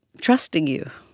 trusting you.